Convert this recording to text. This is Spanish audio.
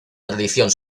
tradición